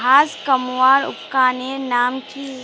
घांस कमवार उपकरनेर नाम की?